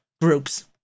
groups